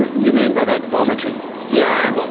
you mean by that vomiting? yeah um